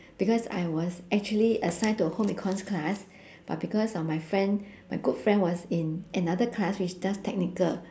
because I was actually assigned to a home econs class but because of my friend my good friend was in another class which does technical